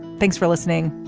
thanks for listening.